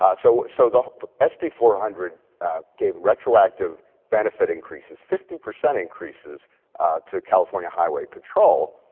ah so so the the sb four hundred gave retroactive benefit increases, fifty percent increases to california highway patrol,